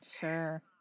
Sure